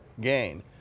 gain